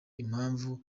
impamvu